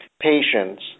patients